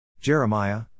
Jeremiah